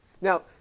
Now